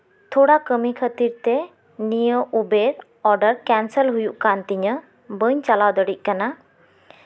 ᱛᱷᱚᱲᱟ ᱠᱟᱹᱢᱤ ᱠᱷᱟᱹᱛᱤᱨᱛᱮ ᱱᱤᱭᱟᱹ ᱩᱵᱮᱨ ᱱᱤᱭᱟᱹ ᱚᱰᱟᱨ ᱠᱮᱱᱥᱮᱞ ᱦᱩᱭᱩᱜ ᱠᱟᱱ ᱛᱤᱧᱟᱹ ᱵᱟᱹᱧ ᱪᱟᱞᱟᱣ ᱫᱟᱲᱮᱭᱟᱜ ᱠᱟᱱᱟ